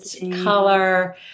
color